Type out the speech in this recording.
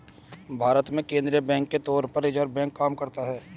भारत में केंद्रीय बैंक के तौर पर रिज़र्व बैंक काम करता है